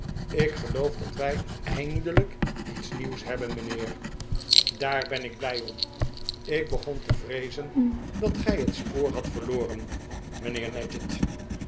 ik geloof dat wij eindelijk iets nieuws hebben mijnheer daar ben ik blij om ik begon t e vreezen dat gij het spoor hadt verloren mijnheer nadgett